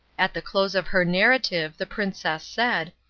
at the close of her narrative the princess said,